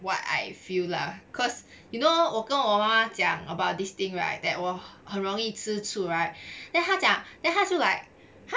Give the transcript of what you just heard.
what I feel lah cause you know 我跟我妈讲 about this thing right that 我很容易吃醋 right then 他讲 then 他就 like